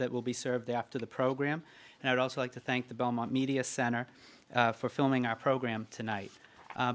that will be served after the program and i also like to thank the belmont media center for filming our program tonight